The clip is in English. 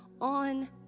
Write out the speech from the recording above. on